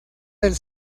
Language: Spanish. del